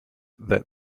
that